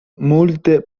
multe